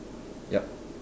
yup